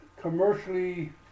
commercially